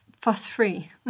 fuss-free